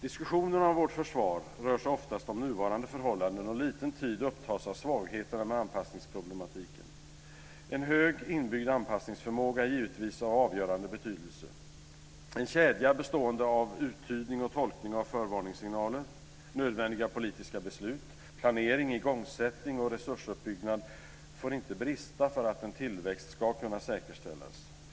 Diskussionerna om vårt försvar rör sig oftast om nuvarande förhållanden. Liten tid upptas av svagheterna med anpassningsproblematiken. En hög, inbyggd anpassningsförmåga är givetvis av avgörande betydelse. En kedja bestående av uttydning och tolkning av förvarningssignaler, nödvändiga politiska beslut, planering, igångsättning och resursuppbyggnad får inte brista för att en tillväxt ska kunna säkerställas.